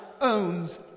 owns